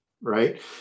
Right